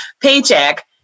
paycheck